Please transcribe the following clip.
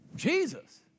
Jesus